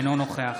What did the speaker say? אינו נוכח